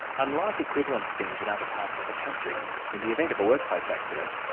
unlike equivalent schemes in other parts of the country, in the event of a workplace accident,